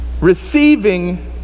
Receiving